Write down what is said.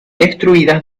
destruidas